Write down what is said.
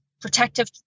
Protective